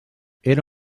era